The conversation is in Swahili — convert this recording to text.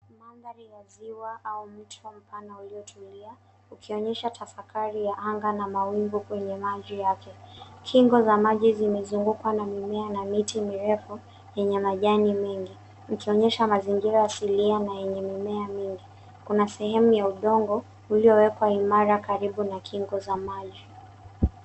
Mandhari ya ziwa au mto mpana uliotulia ukionyesha tafakari ya anga na mawingu kwenye maji yake. Kingo za maji zimezungukwa na mimea na miti mirefu yenye majani mengi ikionyesha mazingira asilia na yenye mimea mingi. Kuna sehemu ya udongo uliowekwa imara karibu na kingo za maji.